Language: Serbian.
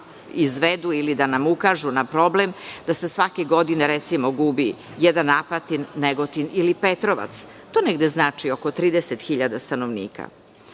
izvedu ili da nam ukažu na problem da se svake godine, recimo, gubi jedan Apatin, Negotin ili Petrovac. To negde znači oko 30.000 stanovnika.